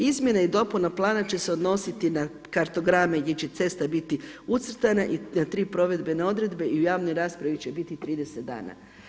Izmjene i dopuna plana će se odnositi na kartograme gdje će cesta biti ucrtana i na tri provedbene odredbe i u javnoj raspravi će biti 30 dana.